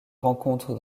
rencontre